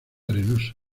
arenoso